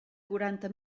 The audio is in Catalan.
quaranta